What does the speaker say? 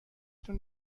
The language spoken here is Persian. تون